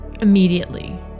immediately